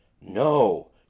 no